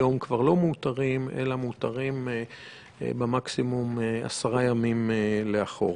היום מאותרים 10 ימים במקסימום לאחור.